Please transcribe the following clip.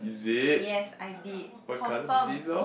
yes I did confirm